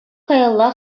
каялла